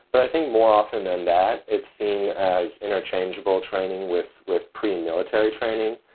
but i think more often than that, it's seen as interchangeable training with with pre military training.